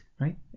Right